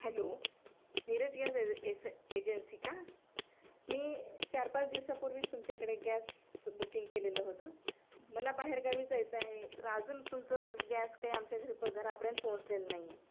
hello Neeraj gas एज एस agency का मी चार पाच दिवसापूर्वीच तुमच्याकडे गॅस बुकिंग केलेलं होतं मला बाहेरगावी जायचं आहे तर अजून तुमचं गॅस काही आमच्या घरी प घरापर्यंत पोहोचलेलं नाही